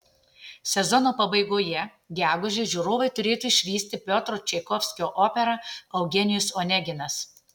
sezono pabaigoje gegužę žiūrovai turėtų išvysti piotro čaikovskio operą eugenijus oneginas